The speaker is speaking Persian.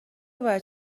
باید